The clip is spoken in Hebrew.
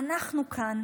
אנחנו כאן